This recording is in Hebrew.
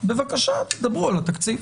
בבקשה, דברו על התקציב.